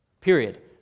Period